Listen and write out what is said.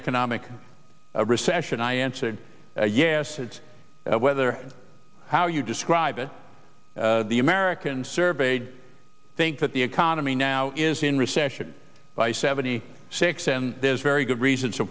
economic recession i answered yes it's whether how you describe it the americans surveyed think that the economy now is in recession by seventy six and there's very good reasons